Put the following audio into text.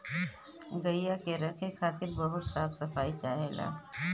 गइया के रखे खातिर बहुत साफ सफाई चाहेला